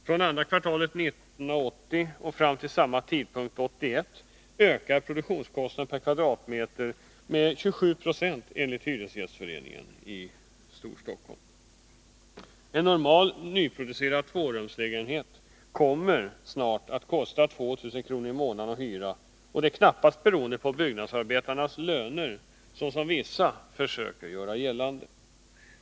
Från andra kvartalet 1980 och fram till samma tidpunkt 1981 ökade produktionskostnaden per kvadratmeter med 27960 enligt Hyresgästföreningen i Stor Stockholm. En normal nyproducerad tvårumslägenhet kommer snart att kosta 2000 kr. i månaden att hyra, och detta är knappast beroende på byggnadsarbetarnas löner, såsom vissa försöker göra gällande.